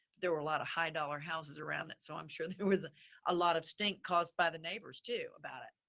there were a lot of high dollar houses around it, so i'm sure there was a lot of stink caused by the neighbors too about it,